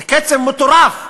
זה קצב מטורף.